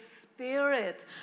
Spirit